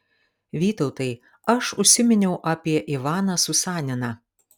vytautai aš užsiminiau apie ivaną susaniną